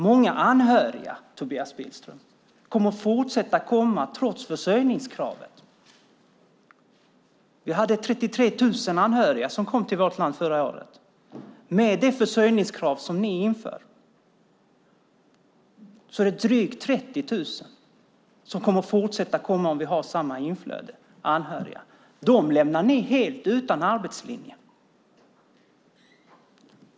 Många anhöriga, Tobias Billström, kommer att fortsätta att komma trots försörjningskravet. Det var 33 000 anhöriga som kom till vårt land förra året. Med det försörjningskrav som ni inför för anhöriga - det är drygt 30 000 som kommer om vi har samma inflöde i fortsättningen - lämnar ni dessa anhöriga helt utanför arbetslinjen.